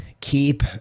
keep